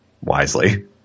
wisely